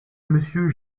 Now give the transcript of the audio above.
monsieur